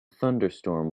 thunderstorm